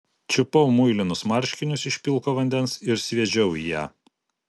čiupau muilinus marškinius iš pilko vandens ir sviedžiau į ją